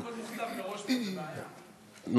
הכול מוכתב מראש פה, זו בעיה.